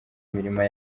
imirima